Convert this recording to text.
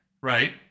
Right